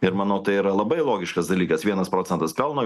ir manau tai yra labai logiškas dalykas vienas procentas pelno